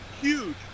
huge